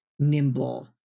nimble